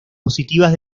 positivas